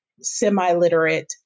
semi-literate